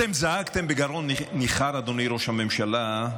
אתם זעקתם בגרון ניחר, אדוני ראש הממשלה,